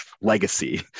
legacy